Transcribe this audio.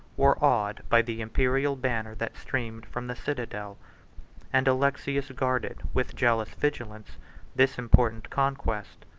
were awed by the imperial banner that streamed from the citadel and alexius guarded with jealous vigilance this important conquest.